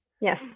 Yes